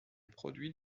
produit